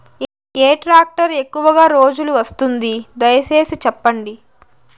ఏ tractor ఎక్కువగా రోజులు వస్తుంది, దయసేసి చెప్పండి?